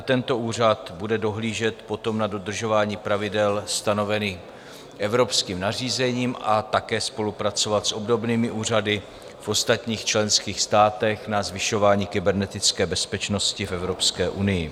Tento úřad bude poté dohlížet na dodržování pravidel stanovených evropským nařízením a také spolupracovat s obdobnými úřady v ostatních členských státech na zvyšování kybernetické bezpečnosti v Evropské unii.